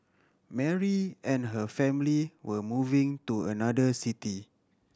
Mary and her family were moving to another city